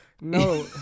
No